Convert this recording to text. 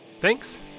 thanks